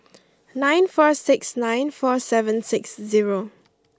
nine four six nine four seven six zero